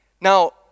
Now